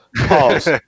Pause